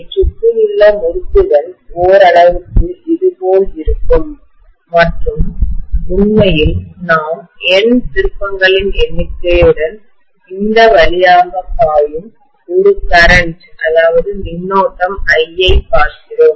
இதைச் சுற்றியுள்ள முறுக்குகள் ஓரளவுக்கு இது போல் இருக்கும் மற்றும் உண்மையில் நாம் N திருப்பங்களின் எண்ணிக்கையுடன் இந்த வழியாக பாயும் ஒரு கரண்ட் மின்னோட்டம் I ஐ பார்க்கிறோம்